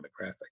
demographic